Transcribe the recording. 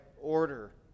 order